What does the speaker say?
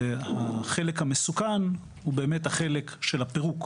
והחלק המסוכן הוא באמת החלק של הפירוק.